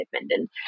independent